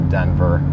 Denver